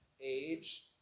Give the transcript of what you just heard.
age